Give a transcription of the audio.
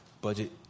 budget